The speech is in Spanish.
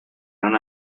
aun